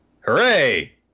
Hooray